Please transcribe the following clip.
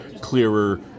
clearer